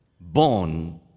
born